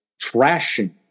trashing